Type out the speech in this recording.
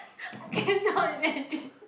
I cannot imagine